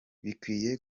bikwiye